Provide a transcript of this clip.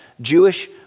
Jewish